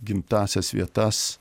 gimtąsias vietas